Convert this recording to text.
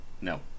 No